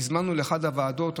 הזמנו לאחת הוועדות,